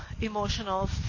emotional